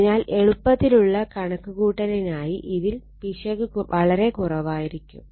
അതിനാൽ എളുപ്പത്തിലുള്ള കണക്കുകൂട്ടലിനായി ഇതിൽ പിശക് വളരെ കുറവായിരിക്കും